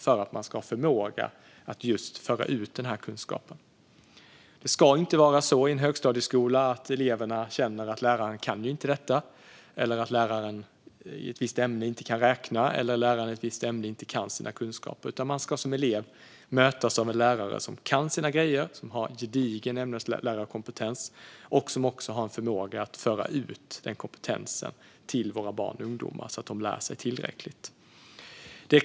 Det ska inte vara så att elever i en högstadieskola känner att läraren inte kan sitt ämne eller att läraren inte kan räkna. Som elev ska man mötas av en lärare som kan sina grejer, har en gedigen ämneslärarkompetens och också en förmåga att föra ut den kompetensen till våra barn och ungdomar, så att de lär sig tillräckligt.